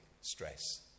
stress